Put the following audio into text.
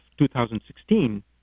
2016